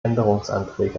änderungsanträge